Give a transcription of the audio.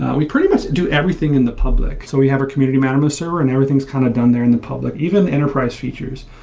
we pretty do everything in the public. so we have our community mattermost server and everything's kind of done there in public. even the enterprise features.